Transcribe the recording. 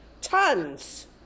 tons